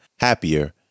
Happier